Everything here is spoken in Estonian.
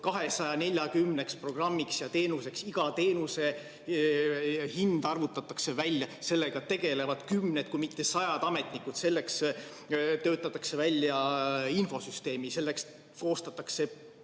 240 programmiks ja teenuseks. Iga teenuse hind arvutatakse välja, sellega tegelevad kümned, kui mitte sajad ametnikud, selleks töötatakse välja infosüsteem, selleks koostatakse